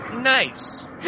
Nice